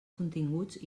continguts